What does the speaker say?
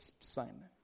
Simon